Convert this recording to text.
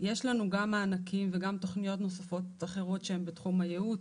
יש לנו גם מענקים וגם תוכניות נוספות אחרות שהן בתחום הייעוץ.